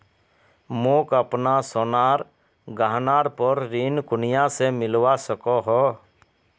मोक अपना सोनार गहनार पोर ऋण कुनियाँ से मिलवा सको हो?